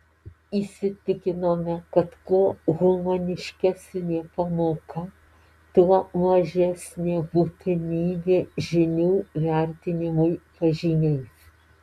įsitikinome kad kuo humaniškesnė pamoka tuo mažesnė būtinybė žinių vertinimui pažymiais